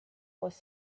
was